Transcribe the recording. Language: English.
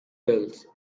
bills